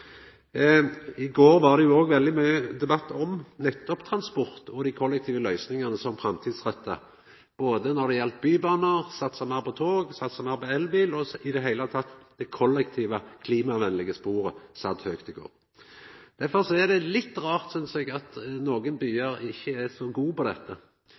I går var det òg veldig mykje debatt om nettopp transport, og dei kollektive løysingane blei omtalte som framtidsretta – både når det gjaldt bybanar, meir satsing på tog og elbilar. Det kollektive, klimavenlege sporet var i det heile høgt på dagsordenen i går. Derfor er det litt rart at nokre byar ikkje er så gode på dette.